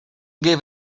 give